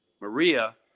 Maria